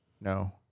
No